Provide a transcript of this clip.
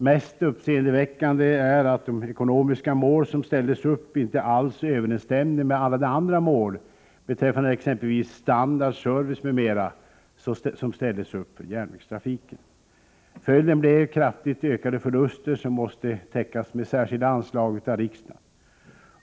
Mest uppseendeväckande är att de ekonomiska mål som ställdes upp inte alls överensstämde med alla de andra mål beträffande t.ex. standard, service m.m. som ställdes upp för järnvägstrafiken. Följden blev kraftigt ökade förluster som måste täckas med särskilda anslag av riksdagen.